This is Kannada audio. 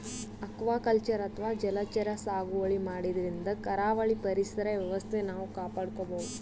ಅಕ್ವಾಕಲ್ಚರ್ ಅಥವಾ ಜಲಚರ ಸಾಗುವಳಿ ಮಾಡದ್ರಿನ್ದ ಕರಾವಳಿ ಪರಿಸರ್ ವ್ಯವಸ್ಥೆ ನಾವ್ ಕಾಪಾಡ್ಕೊಬಹುದ್